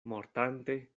mortante